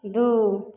दू